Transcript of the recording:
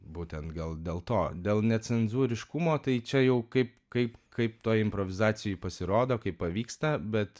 būtent gal dėl to dėl necenzūriškumo tai čia jau kaip kaip kaip toj improvizacijoj pasirodo kaip pavyksta bet